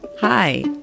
Hi